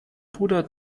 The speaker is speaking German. bruder